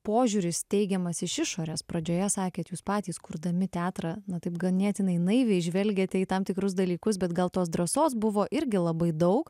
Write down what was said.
požiūris teigiamas iš išorės pradžioje sakėt jūs patys kurdami teatrą na taip ganėtinai naiviai žvelgėte į tam tikrus dalykus bet gal tos drąsos buvo irgi labai daug